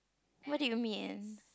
what do you mean